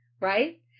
Right